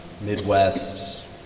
Midwest